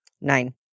Nine